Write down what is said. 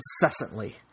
incessantly